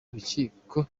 urukiko